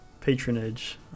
patronage